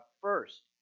first